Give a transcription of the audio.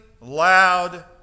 loud